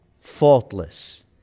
faultless